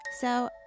So